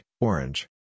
Orange